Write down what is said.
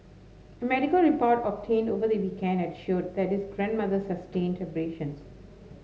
a medical report obtained over the weekend had showed that his grandmother sustained abrasions